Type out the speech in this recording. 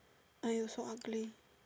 !aiyo! so ugly